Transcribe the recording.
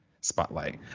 spotlight